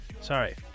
Sorry